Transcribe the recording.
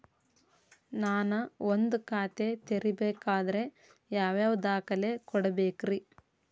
ನಾನ ಒಂದ್ ಖಾತೆ ತೆರಿಬೇಕಾದ್ರೆ ಯಾವ್ಯಾವ ದಾಖಲೆ ಕೊಡ್ಬೇಕ್ರಿ?